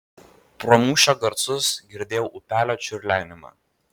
pro mūšio garsus girdėjau upelio čiurlenimą